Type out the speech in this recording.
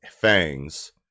fangs